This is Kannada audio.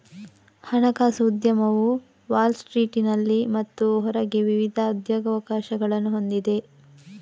ಹಣಕಾಸು ಉದ್ಯಮವು ವಾಲ್ ಸ್ಟ್ರೀಟಿನಲ್ಲಿ ಮತ್ತು ಹೊರಗೆ ವಿವಿಧ ಉದ್ಯೋಗಾವಕಾಶಗಳನ್ನು ಹೊಂದಿದೆ